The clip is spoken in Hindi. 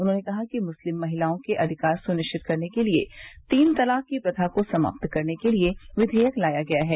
उन्होंने कहा कि मुस्लिम महिलाओं के अधिकार सुनिश्वित करने के लिए तीन तलाक की प्रथा को समाप्त करने के लिए विधेयक लाया गया है